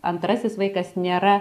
antrasis vaikas nėra